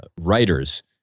writers